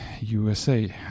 USA